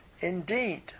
Indeed